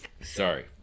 Sorry